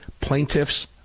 Plaintiffs